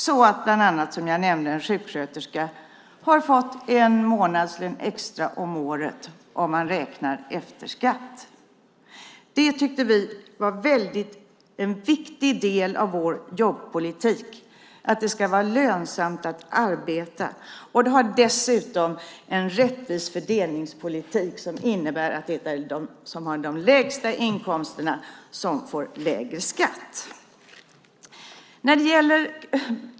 En sjuksköterska har, som jag nämnde, fått en månadslön extra om året om man räknar efter skatt. Det tyckte vi var en viktig del av vår jobbpolitik. Det ska vara lönsamt att arbeta. Det är dessutom en rättvis fördelningspolitik som innebär att det är de som har de lägsta inkomsterna som får lägre skatt.